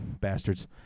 bastards